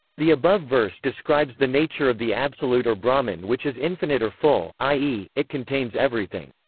the above verse describes the nature of the absolute or brahman which is infinite or full, i e, it contains everything.